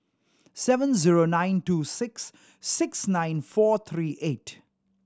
seven zero nine two six six nine four three eight